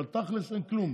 אבל בתכלס אין כלום.